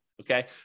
okay